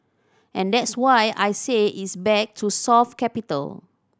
and that's why I say it's back to soft capital